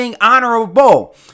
honorable